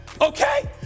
okay